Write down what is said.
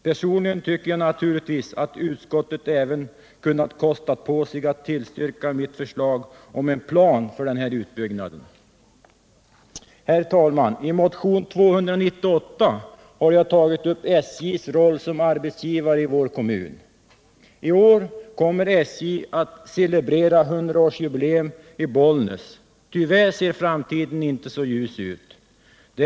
Personligen tycker jag naturligtvis att utskottet också kunnat kosta på sig att tillstyrka mitt förslag om en plan för den här utbyggnaden. Herr talman! I motion nr 298 har jag tagit upp SJ:s roll som arbetsgivare i vår kommun. I år kommer SJ att celebrera hundraårsjubileum i Bollnäs. Tyvärr ser framtiden inte så ljus ut.